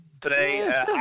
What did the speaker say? today